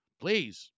please